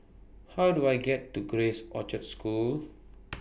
How Do I get to Grace Orchard School